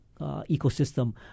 ecosystem